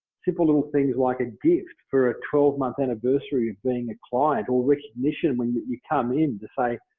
simple little things like a gift for a twelve month anniversary of being a client or recognition when that you come in to say,